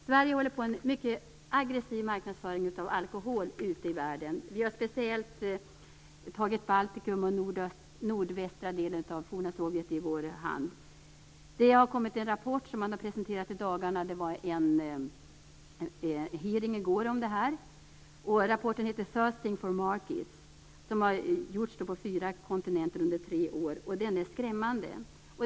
Sverige håller på med en mycket aggressiv marknadsföring av alkohol ute i världen. Vi har speciellt tagit Baltikum och nordvästra delen av forna Sovjet i vår hand. Det har kommit en rapport, som man har presenterat i dagarna. Det var en hearing om det i går. Rapporten heter Thursting for markets. Undersökningen har gjorts på fyra kontinenter under tre år. Rapporten är skrämmande.